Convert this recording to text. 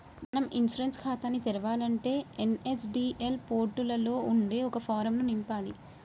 మనం ఇన్సూరెన్స్ ఖాతాని తెరవాలంటే ఎన్.ఎస్.డి.ఎల్ పోర్టులలో ఉండే ఒక ఫారం ను నింపాలి